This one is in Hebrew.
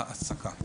ההעסקה.